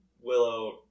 Willow